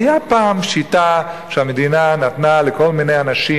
היתה פעם שיטה שהמדינה נתנה לכל מיני אנשים,